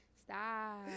Stop